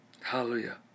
Hallelujah